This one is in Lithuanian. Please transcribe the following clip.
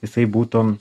jisai būtų